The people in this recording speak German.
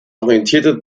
orientierte